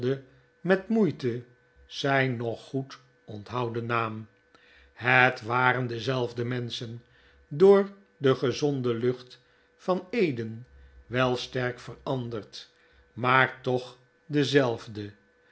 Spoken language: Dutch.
met moeite zijn nog goed onthouden naam het waren dezelfde menschen door de gezonde lucht van eden wel sterk veranderd maar toch dezelfde